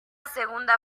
segunda